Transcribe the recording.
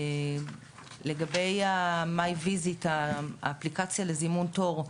לגבי My visit האפליקציה לזימון תור,